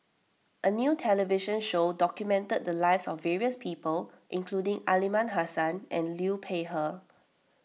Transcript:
a new television show documented the lives of various people including Aliman Hassan and Liu Peihe